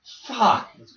fuck